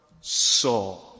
saw